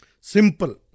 Simple